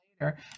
later